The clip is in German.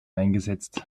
eingesetzt